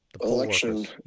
election